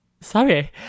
sorry